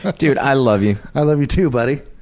dude, i love you. i love you too, buddy.